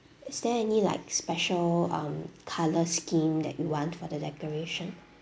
is there any like special um colour scheme that you want for the decoration